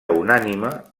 unànime